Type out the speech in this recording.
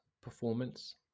performance